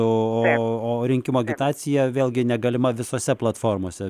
o rinkimų agitacija vėlgi negalima visose platformose